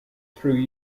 through